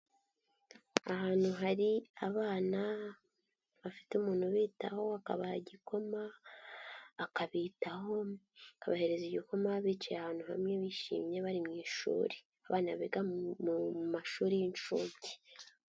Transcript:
Ahantu hari abana bafite umuntu ubitaho akabaha igikoma, akabitaho, akabahereza igikoma bicaye ahantu bamwe bishimye bari mu ishuri, abana biga mu mashuri y'inshuke.